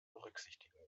berücksichtigen